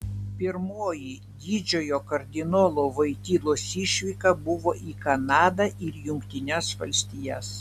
pirmoji didžioji kardinolo voitylos išvyka buvo į kanadą ir jungtines valstijas